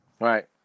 Right